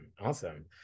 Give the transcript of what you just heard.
Awesome